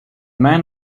men